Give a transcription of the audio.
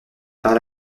par